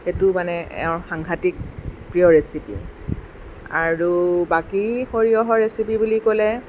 সেইটো মানে এওঁৰ সাংঘাটিক প্ৰিয় ৰেচিপি আৰু বাকী সৰিয়হৰ ৰেচিপি বুলি ক'লে